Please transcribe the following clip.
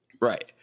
right